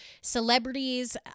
Celebrities